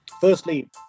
firstly